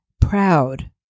proud